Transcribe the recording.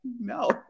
No